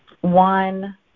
one